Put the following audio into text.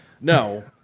No